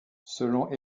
selon